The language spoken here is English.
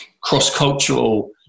cross-cultural